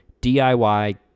DIY